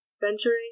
venturing